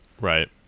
Right